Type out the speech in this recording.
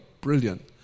brilliant